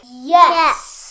Yes